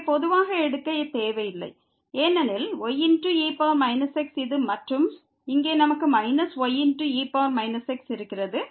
எனவே போதுவாக எடுக்க தேவை இல்லை ஏனெனில் y e x இது மற்றும் இங்கே நமக்கு மைனஸ் y e x இருக்கிறது